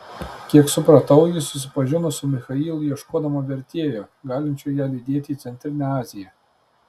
kiek supratau ji susipažino su michailu ieškodama vertėjo galinčio ją lydėti į centrinę aziją